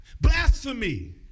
Blasphemy